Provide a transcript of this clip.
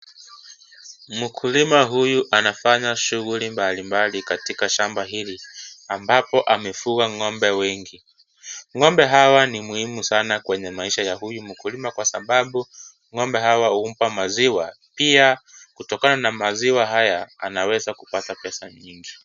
Mkulima huyu anafanya shughuli mbalimbali katika shamba hili ambapo amefuga ng'ombe wengi . Ng'ombe hawa ni muhimu sana kwenye maisha ya huyu mkulima kwa sababu ng'ombe hawa humpa maziwa na pia kutokana na maziwa haya anaweza kupata pesa nyingi .